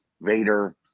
vader